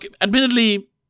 Admittedly